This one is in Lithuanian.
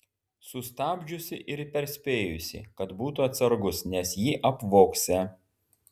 sustabdžiusi ir perspėjusi kad būtų atsargus nes jį apvogsią